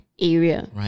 area